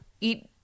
eat